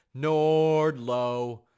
Nordlow